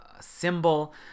symbol